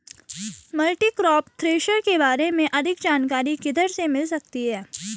Multicrop thresher के बारे में अधिक जानकारी किधर से मिल सकती है?